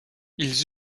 ils